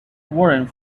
warrant